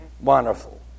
wonderful